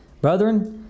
Brethren